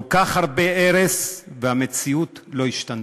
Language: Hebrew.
כל כך הרבה הרס, והמציאות לא השתנתה.